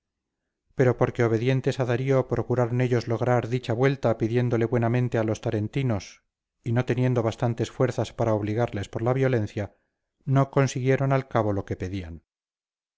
pero porque obedientes a darío procuraron ellos lograr dicha vuelta pidiéndole buenamente a los tarentinos y no teniendo bastantes fuerzas para obligarles por la violencia no consiguieron al cabo lo que